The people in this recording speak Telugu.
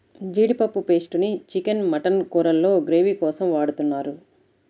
జీడిపప్పు పేస్ట్ ని చికెన్, మటన్ కూరల్లో గ్రేవీ కోసం వాడుతున్నారు